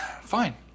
Fine